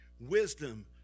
wisdom